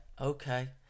Okay